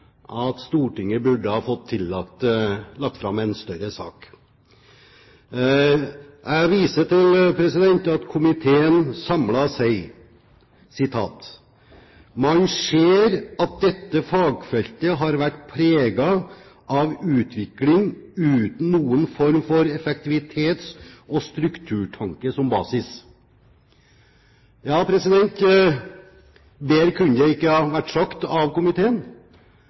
at Stortinget burde ha fått seg forelagt en større sak. Jeg viser til at komiteen samlet sier: «Man ser at dette fagfeltet har vært preget av utvikling uten noen form for effektivitets- og strukturtanke som basis.» Bedre kunne det ikke ha vært sagt av komiteen.